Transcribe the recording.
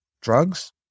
drugs